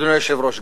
אדוני היושב-ראש,